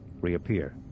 reappear